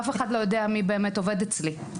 אף אחד לא יודע מי באמת עובד אצלי.